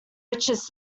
riches